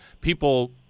people